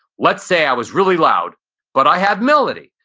let's say i was really loud but i had melody,